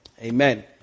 Amen